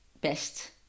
best